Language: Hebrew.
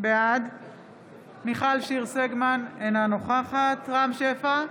בעד מיכל שיר סגמן, אינה נוכחת רם שפע,